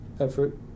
effort